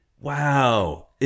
wow